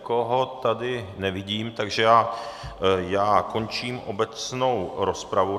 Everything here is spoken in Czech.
Nikoho tady nevidím, takže já končím obecnou rozpravu.